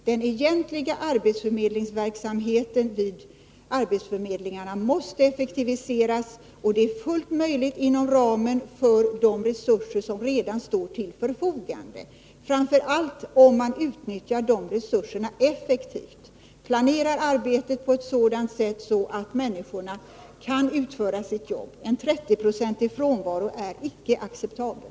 Den egentliga arbetsförmedlingsverksamheten vid arbetsförmedlingarna måste effektiviseras, och det är fullt möjligt inom ramen för de resurser som redan står till förfogande, framför allt om man utnyttjar de resurserna effektivt, planerar arbetet på att sådant sätt att människorna kan utföra sitt jobb. En 30-procentig frånvaro är icke acceptabel.